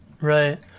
Right